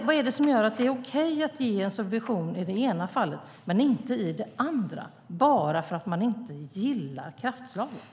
Vad är det som gör att det är okej att ge en subvention i det ena fallet men inte i det andra bara för att man inte gillar kraftslaget?